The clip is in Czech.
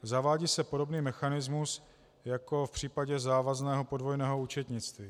Zavádí se podobný mechanismus jako v případě závazného podvojného účetnictví.